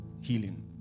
healing